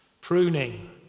pruning